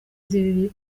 z’ibibi